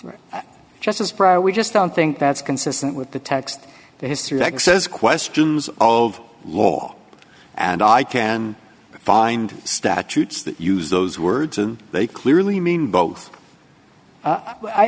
pro we just don't think that's consistent with the text history excess questions of law and i can find statutes that use those words and they clearly mean both i